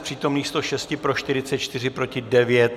Z přítomných 106, pro 44, proti 9.